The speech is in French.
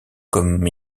comme